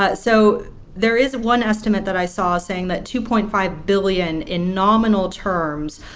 but so there is one estimate that i saw saying that two point five billion, in nominal terms,